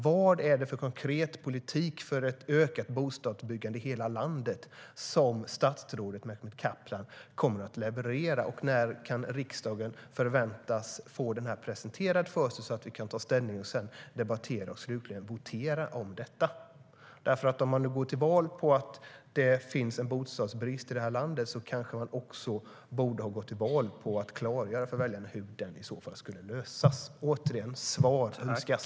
Vad är det för konkret politik för ett ökat bostadsbyggande i hela landet som statsrådet Mehmet Kaplan kommer att leverera? När kan riksdagen förväntas få den politiken presenterad för sig så att vi kan ta ställning och sedan debattera och slutligen votera om detta?